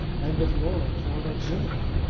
and with laura for an auxiliary,